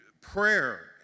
prayer